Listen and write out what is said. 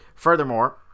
Furthermore